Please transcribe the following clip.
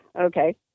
okay